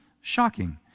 shocking